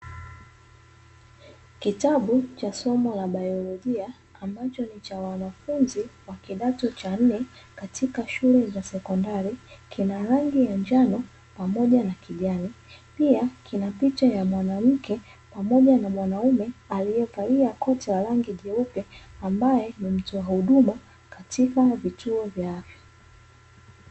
Kitabu cha somo la biolojia ambacho ni cha wanafunzi wa kidato cha nne katika shule za sekondari; kina rangi ya njano pamoja na kijani pia kina picha ya mwanamke pamoja na mwanaume aliyevalia koti la rangi jeupe, ambaye ni mtoa huduma katika vituo vya afya.